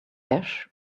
ash